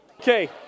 Okay